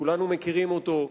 כולנו מכירים אותו.